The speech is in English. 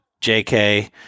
JK